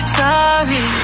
sorry